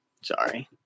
Sorry